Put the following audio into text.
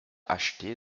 acheté